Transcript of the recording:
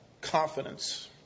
confidence